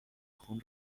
خون